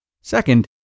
Second